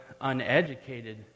uneducated